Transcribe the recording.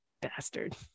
bastard